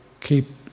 keep